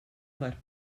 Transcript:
let